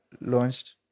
launched